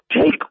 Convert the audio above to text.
take